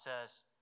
says